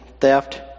theft